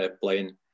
playing